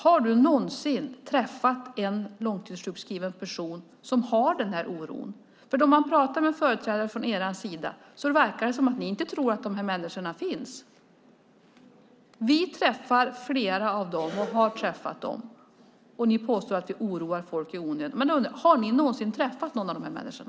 Har du någonsin träffat en långtidssjukskriven person som har denna oro? När man pratar med företrädare för er sida verkar det som att ni tror att dessa människor inte finns. Vi har träffat flera av dem, och så påstår ni att vi oroar folk i onödan. Har ni någonsin träffat någon av dessa människor?